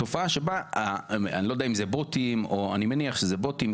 אני מניח שזה בוטים,